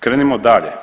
Krenimo dalje.